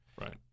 Right